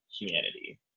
humanity